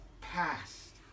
past